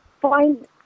find